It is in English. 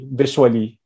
visually